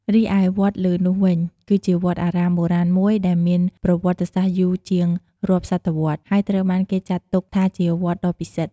រីឯ វត្តលើ នោះវិញ គឺជាវត្តអារាមបុរាណមួយដែលមានប្រវត្តិសាស្ត្រយូរជាងរាប់សតវត្សរ៍ ហើយត្រូវបានគេចាត់ទុកថាជាវត្តដ៏ពិសិដ្ឋ ។